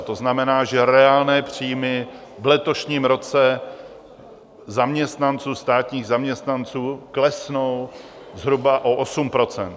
To znamená, že reálné příjmy v letošním roce zaměstnanců, státních zaměstnanců klesnou zhruba o 8 %.